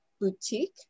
Boutique